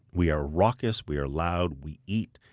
we are raucous, we are loud, we eat.